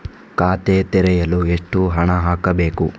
ಖಾತೆ ತೆರೆಯಲು ಎಷ್ಟು ಹಣ ಹಾಕಬೇಕು?